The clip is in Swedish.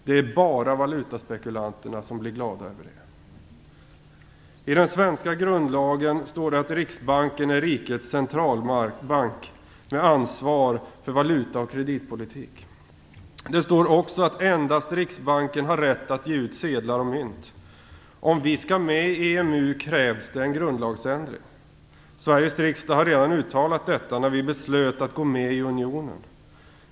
Det är bara valutaspekulanterna som blir glada över det. I den svenska grundlagen står det att Riksbanken är rikets centralbank med ansvar för valuta och kreditpolitik. Det står också att endast Riksbanken har rätt att ge ut sedlar och mynt. Om vi skall gå med i EMU krävs det en grundlagsändring. Sveriges riksdag har redan uttalat detta när vi beslöt att gå med i unionen.